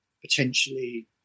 potentially